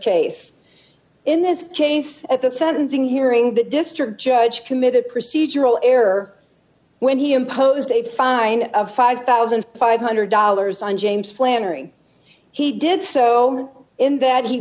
case in this case at the sentencing hearing that district judge committed procedural error when he imposed a fine of five thousand five hundred dollars on james flannery he did so in that he